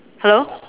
hello